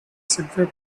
segway